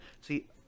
See